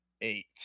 eight